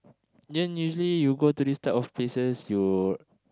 then usually you go to this type of places you